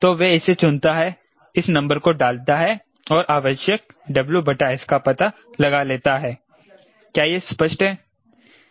तो वह इसे चुनता है इस नंबर को डालता है और आवश्यक WS का पता लगा लेता है क्या यह स्पष्ट है